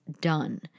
done